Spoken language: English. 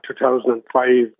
2005